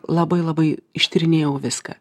labai labai ištyrinėjau viską